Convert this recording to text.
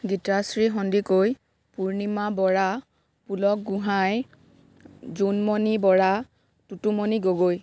Gitashree Sandikoi Purnima Bora Pulak Gohain Jonmoni Bora Tutumoni Gogoi